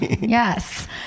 Yes